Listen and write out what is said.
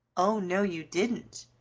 oh, no, you didn't,